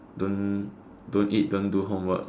don't don't eat don't do homework